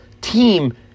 team